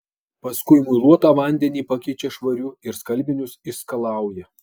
paskui muiluotą vandenį pakeičia švariu ir skalbinius išskalauja